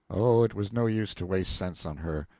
oh, it was no use to waste sense on her.